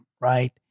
Right